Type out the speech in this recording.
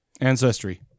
Ancestry